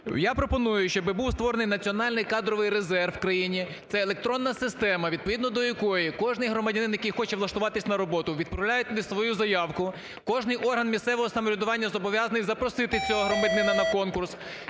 Я пропоную, щоб був створений національний кадровий резерв в країні, це електронна система, відповідно до якої кожний громадянин, який хоче влаштуватись на роботу, відправляє свою заявку, кожний орган місцевого самоврядування зобов'язаний запросити цього громадянина на конкурс,